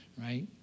right